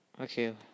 okay